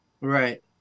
Right